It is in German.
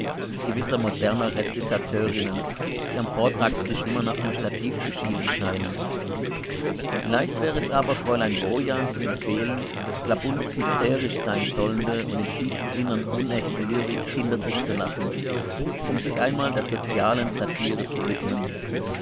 gewisser moderner rezitatörinnen die am vortragstisch immer nach dem stativ zu schielen scheinen vielleicht wäre es aber fräulein wojan zu empfehlen klabunds hysterisch sein sollende und im tiefsten innern unechte lyrik hinter sich zu lassen um sich einmal der sozialen satire zu widmen